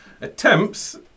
attempts